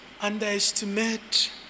underestimate